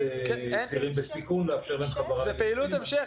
של צעירים בסיכון --- זה פעילות המשך.